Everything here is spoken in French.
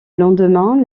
lendemain